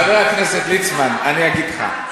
חבר הכנסת ליצמן, אני אגיד לך.